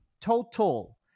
total